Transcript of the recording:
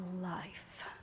life